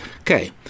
Okay